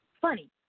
funny